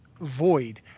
void